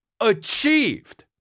achieved